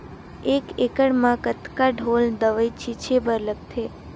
एक एकड़ म कतका ढोल दवई छीचे बर लगथे?